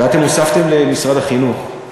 ואתם הוספתם למשרד החינוך,